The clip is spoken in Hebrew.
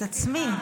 את עצמי?